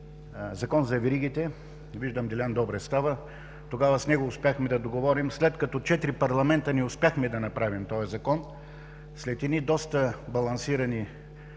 Закон за веригите – виждам, Делян Добрев става, тогава с него успяхме да договорим, след като четири парламента не успяхме да направим този Закон, и след едни доста балансирани